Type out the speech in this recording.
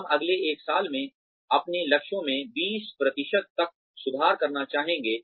हम अगले एक साल में अपने लक्ष्यों में 20 तक सुधार करना चाहेंगे